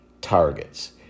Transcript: targets